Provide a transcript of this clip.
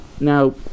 now